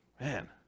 man